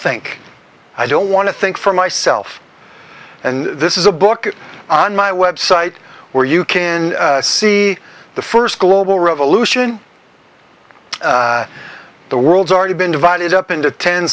think i don't want to think for myself and this is a book on my website where you can see the first global revolution the world's already been divided up into ten